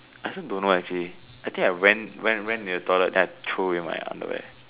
I also don't know actually I think I went went went into the toilet then I throw away my underwear